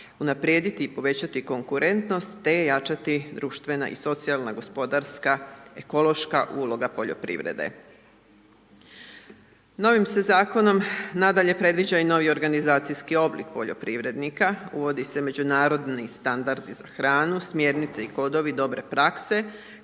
Unaprijediti i povećati konkurentnost, te jačati društvena i socijalna, gospodarska, ekološka uloga poljoprivrede. Novim se Zakonom nadalje predviđa i novi organizacijski oblik poljoprivrednika, uvodi se međunarodni standardi za hranu, smjernice i kodovi dobre prakse